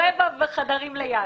אנחנו לא צריכים לפנות אליהם.